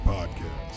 Podcast